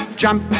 jump